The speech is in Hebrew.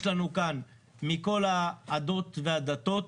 יש לנו כאן מכל העדות והדתות.